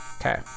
Okay